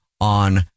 on